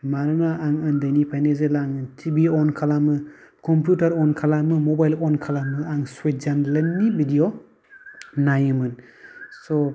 मानोना आं उन्दैनिफ्रायनो जेब्लानो टि भि अन खालामो कम्फिउटार अन खालामो मबाइल अन खालामो आं सुइजारलेण्डनि भिडिय' नायोमोन स'